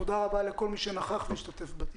תודה רבה לכל מי שנכח והשתתף בדיון.